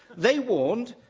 they warned,